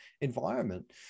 environment